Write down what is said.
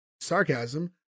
sarcasm